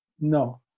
No